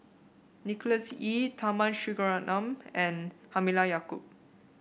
Nicholas Ee Tharman Shanmugaratnam and Halimah Yacob